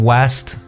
West